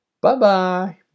Bye-bye